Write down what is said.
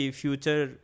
future